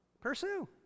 pursue